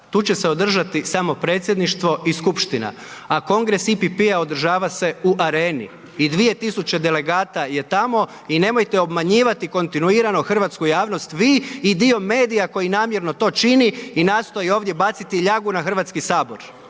tu će se održati samo predsjedništvo i skupština a Kongres EPP-a održava se u Areni i 2 tisuće delegata je tamo i nemojte obmanjivati kontinuirano hrvatsku javnost vi i dio medija koji namjerno to čini i nastoji ovdje baciti ljagu na Hrvatski sabor.